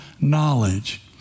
knowledge